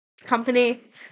company